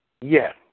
Yes